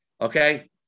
okay